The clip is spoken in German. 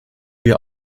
wir